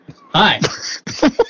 Hi